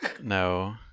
No